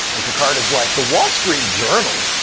and picard is like, the wall street journal?